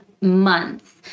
months